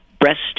Breast